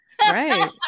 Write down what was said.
right